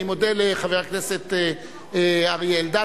אני מודה לחבר הכנסת אריה אלדד,